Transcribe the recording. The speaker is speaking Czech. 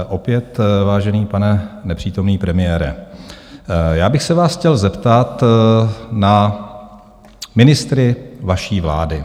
Opět vážený pane nepřítomný premiére, já bych se vás chtěl zeptat na ministry vaší vlády.